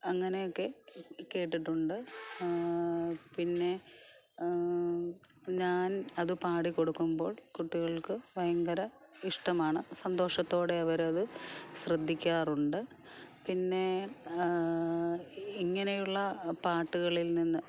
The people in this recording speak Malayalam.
അങ്ങനെയൊക്കെ കേട്ടിട്ടുണ്ട് പിന്നെ ഞാൻ അത് പാടികൊടുക്കുമ്പോൾ കുട്ടികൾക്ക് ഭയങ്കര ഇഷ്ടമാണ് സന്തോഷത്തോടെ അവരത് ശ്രദ്ധിക്കാറുണ്ട് പിന്നെ ഇങ്ങനെയുള്ള പാട്ടുകളിൽ നിന്ന്